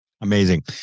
Amazing